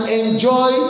enjoy